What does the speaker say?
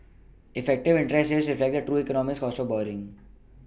effective interest rates reflect the true economic cost of borrowing